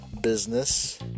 business